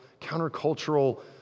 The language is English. countercultural